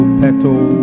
petal